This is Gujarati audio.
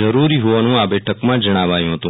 જરૂરી હોવાનું આ બેઠકમાં જણાવ્યુ હતુ